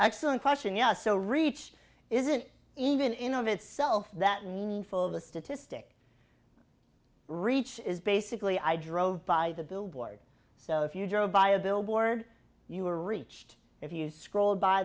excellent question yes so reach is it even in of itself that meaningful of a statistic reach is basically i drove by the billboard so if you drove by a billboard you were reached if you scroll by